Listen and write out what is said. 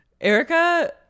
Erica